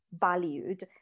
valued